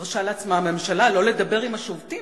מרשה לעצמה הממשלה לא לדבר עם השובתים?